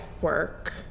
work